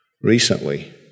recently